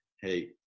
Hey